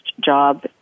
job